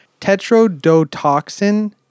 tetrodotoxin